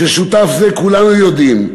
ושותף זה, כולנו יודעים,